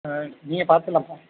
ஆ நீங்கள் பார்த்துக்கலாம்ப்பா